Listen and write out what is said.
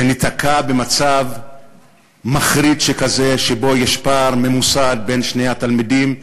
שניתקע במצב מחריד שכזה שבו יש פער ממוסד בין שני התלמידים?